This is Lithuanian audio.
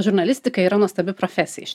žurnalistika yra nuostabi profesija iš